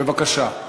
בבקשה.